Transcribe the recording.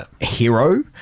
hero